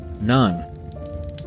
None